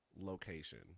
location